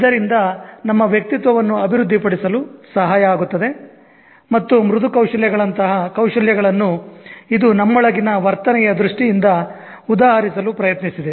ಇದರಿಂದ ನಮ್ಮ ವ್ಯಕ್ತಿತ್ವವನ್ನು ಅಭಿವೃದ್ಧಿಪಡಿಸಲು ಸಹಾಯ ಆಗುತ್ತದೆ ಮತ್ತು ಮೃದು ಕೌಶಲ್ಯಗಳಂತಹ ಕೌಶಲ್ಯಗಳನ್ನು ಇದು ನಮ್ಮೊಳಗಿನ ವರ್ತನೆಯ ದೃಷ್ಟಿಯಿಂದ ಉದಾಹರಿಸಲು ಪ್ರಯತ್ನಿಸಿದೆ